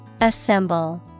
Assemble